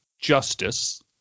justice